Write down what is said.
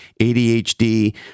adhd